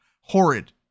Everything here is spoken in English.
horrid